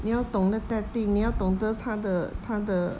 你要懂那个 tactic 你要懂得它的它的